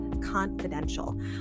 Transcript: confidential